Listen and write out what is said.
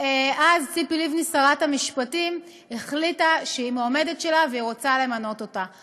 אז ציפי לבני שרת המשפטים החליטה שהיא מועמדת שלה והיא רוצה למנות אותה.